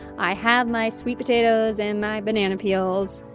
i have my sweet potatoes and my banana peels.